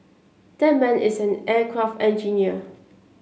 that man is an aircraft engineer